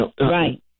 Right